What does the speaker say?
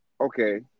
okay